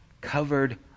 covered